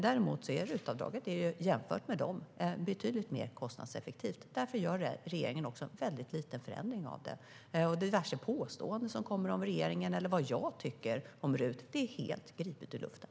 Jämfört med dessa åtgärder är RUT-avdraget betydligt mer kostnadseffektivt, och därför gör regeringen en mycket liten förändring av det. Diverse påståenden som kommer om vad regeringen eller jag tycker om RUT är helt gripna ur luften.